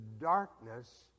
darkness